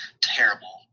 terrible